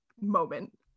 moment